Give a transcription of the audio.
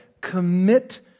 Commit